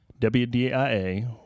WDIA